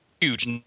huge